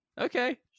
Okay